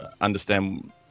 understand